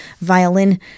violin